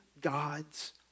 God's